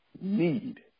need